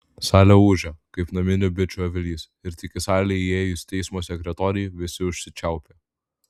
salė ūžė kaip naminių bičių avilys ir tik į salę įėjus teismo sekretorei visi užsičiaupė